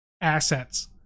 assets